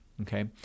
Okay